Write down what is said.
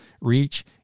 reach